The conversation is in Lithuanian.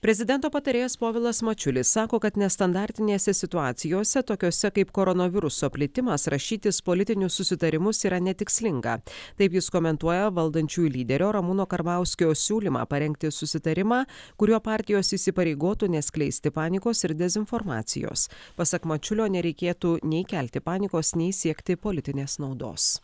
prezidento patarėjas povilas mačiulis sako kad nestandartinėse situacijose tokiose kaip koronaviruso plitimas rašytis politinius susitarimus yra netikslinga taip jis komentuoja valdančiųjų lyderio ramūno karbauskio siūlymą parengti susitarimą kuriuo partijos įsipareigotų neskleisti panikos ir dezinformacijos pasak mačiulio nereikėtų nei kelti panikos nei siekti politinės naudos